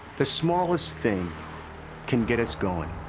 the smallest thing can get us going.